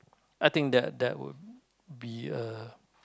I think that that would be a